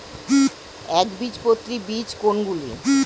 একবীজপত্রী বীজ কোন গুলি?